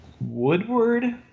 Woodward